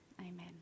amen